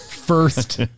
first